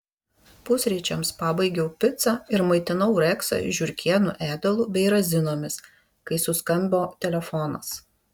pusryčiams pabaigiau picą ir maitinau reksą žiurkėnų ėdalu bei razinomis kai suskambo telefonas